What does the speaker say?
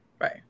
Right